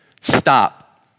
stop